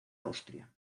austria